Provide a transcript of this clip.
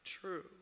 true